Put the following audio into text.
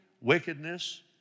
wickedness